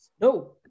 No